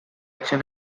action